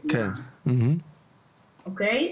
אוקיי?